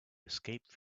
escape